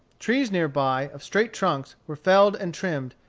trees near by, of straight trunks, were felled and trimmed,